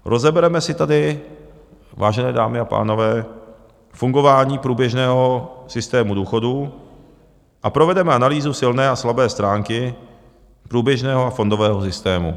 Rozebereme si tady, vážené dámy a pánové, fungování průběžného systému důchodů a provedeme analýzu silné a slabé stránky průběžného a fondového systému.